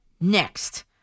next